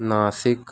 Nashik